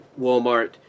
Walmart